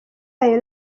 yayo